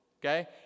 okay